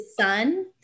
son